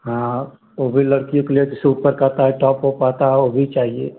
हाँ वह भी लड़कियों के लिए जैसे ऊपर का आता है टॉप ओप आता है वह भी चाहिए